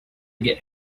get